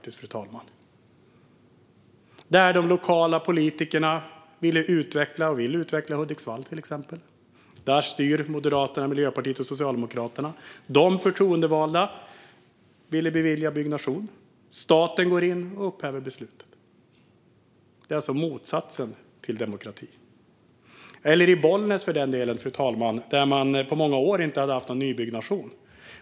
I till exempel Hudiksvall ville det lokala styret i form av Moderaterna, Miljöpartiet och Socialdemokraterna utveckla kommunen och bevilja byggnation, men staten gick in och upphävde beslutet. Det är alltså motsatsen till demokrati. I Bollnäs hade man på många år inte haft någon nybyggnation.